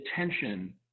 attention